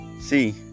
See